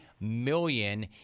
million